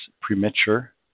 premature